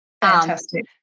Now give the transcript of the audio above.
Fantastic